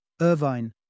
Irvine